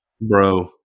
Bro